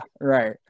Right